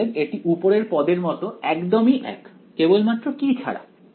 অতএব এটি উপরের পদের মতো একদমই এক কেবলমাত্র কি ছাড়া